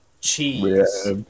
Cheese